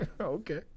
Okay